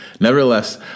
Nevertheless